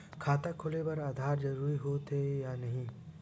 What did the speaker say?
खाता खोले बार आधार जरूरी हो थे या नहीं?